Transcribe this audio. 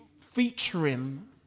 featuring